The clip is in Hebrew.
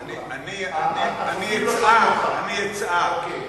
אבל הנושא שאנחנו דנים בו הוא נושא כבד משקל.